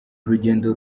urugendo